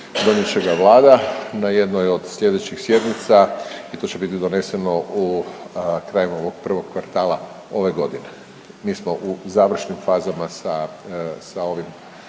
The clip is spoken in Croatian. donijet će ga Vlada na jednoj od slijedećih sjednica i to će biti doneseno u, krajem ovog prvog kvarta ove godine. Mi smo u završnim fazama sa, sa ovim